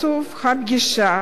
מאזרחים